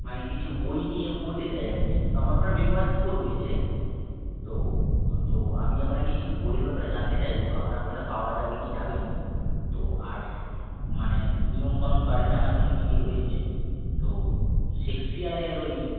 মানে কিছু বই নিয়ে পড়তে চাই আর কি তো আমার ওখানে মেম্বারশিপও রয়েছে তো তো আমি আপনাকে কিছু বইয়ের ব্যাপারে জানতে চাইবো আপনার ওখানে পাওয়া যাবে কি যাবে না তো আর মানে নিয়মকানুন বাড়িতে আনার জন্য কী কী রয়েছে তো শেক্সপিয়ারের ওই